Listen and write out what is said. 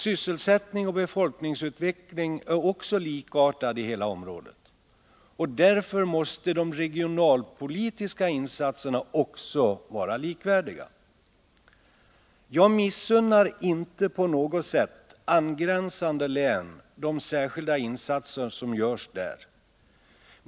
Sysselsättningsoch befolkningsutvecklingen är också likartad i hela området, och därför måste de regionalpolitiska insatserna också vara likvärdiga. Jag missunnar inte angränsande län de särskilda insatser som görs där.